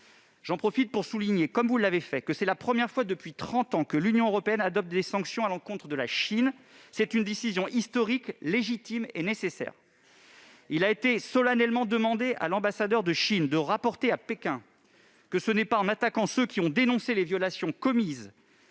J'en profite pour souligner, comme vous l'avez fait, que c'est la première fois depuis trente ans que l'Union européenne adopte des sanctions à l'encontre de la Chine. Cette décision historique est légitime et nécessaire. Il a été solennellement demandé à l'ambassadeur de Chine de rapporter à Pékin que ce n'est pas en attaquant ceux qui ont dénoncé les violations commises